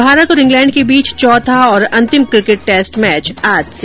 भारत और इंग्लैण्ड के बीच चौथा और अंतिम किकेट टैस्ट मैच आज से